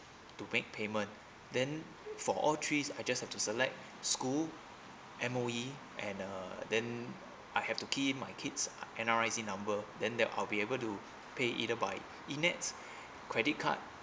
to make payment then for all three is I just have to select school M_O_E and uh then I have to key in my kids' N_R_I_C number then uh I'll be able to pay either buy e nets credit card